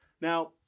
Now